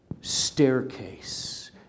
staircase